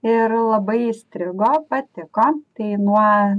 ir labai įstrigo patiko tai nuo